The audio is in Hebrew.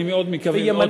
אני מאוד מקווה,